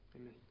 Amen